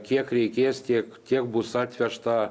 kiek reikės tiek tiek bus atvežta